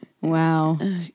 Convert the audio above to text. Wow